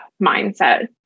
mindset